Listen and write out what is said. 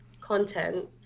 content